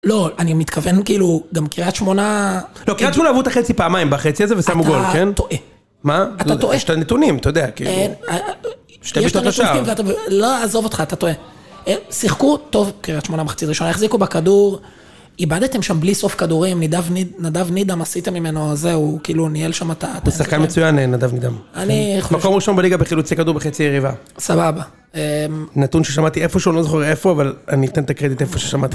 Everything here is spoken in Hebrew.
לא, אני מתכוון, כאילו, גם קריאת שמונה... לא, קריאתו להבוא את החצי פעמיים בחצי הזה ושמו גול, כן? אתה טועה. מה? לא, יש את הנתונים, אנהההההההההההההה אתה יודע, כאילו. שתביאו את זאת השאר. לא, עזוב אותך, אתה טועה. הם שיחקו, טוב, קריאת שמונה בחצי ראשונה, החזיקו בכדור, איבדתם שם בלי שרוף כדורים, נדב נידם עשיתם ממנו, זהו, כאילו, ניהל שם את ה... משחקה מצויינת, נדב נידם. אני חושב... מקום ראשון בליגה בחילוצי כדור בחצי ריבה. סבבה. נתון ששמעתי איפה שהוא, לא זוכר איפה, אבל אני אתן את הקרדיט איפה ששמעת.